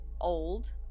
old